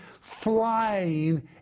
flying